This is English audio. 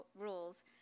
rules